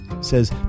says